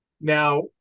Now